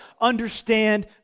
understand